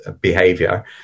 behavior